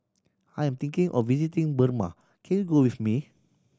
I'm thinking of visiting Burma can you go with me